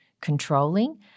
controlling